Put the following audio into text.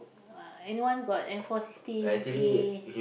uh anyone got M four sixteen A